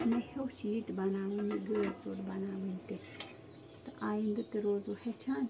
مےٚ ہیوٚچھ یہِ تہِ بَناوٕنۍ یہِ گٲرۍ ژوٚٹ بَناوٕنۍ تہِ تہٕ آیِنٛدٕ تہِ روزو ہیٚچھان